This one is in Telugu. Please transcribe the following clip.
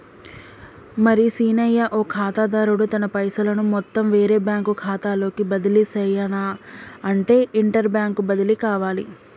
మరి సీనయ్య ఓ ఖాతాదారుడు తన పైసలను మొత్తం వేరే బ్యాంకు ఖాతాలోకి బదిలీ సెయ్యనఅంటే ఇంటర్ బ్యాంక్ బదిలి కావాలి